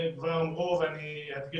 תעשי